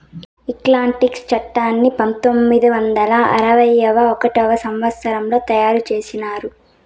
income tax చట్టాన్ని పంతొమ్మిది వందల అరవై ఒకటవ సంవచ్చరంలో తయారు చేసినారు